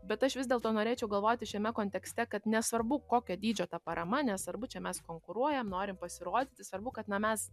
bet aš vis dėlto norėčiau galvoti šiame kontekste kad nesvarbu kokio dydžio ta parama nesvarbu čia mes konkuruojam norim pasirodyti svarbu kad na mes